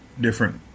different